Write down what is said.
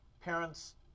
parents